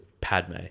Padme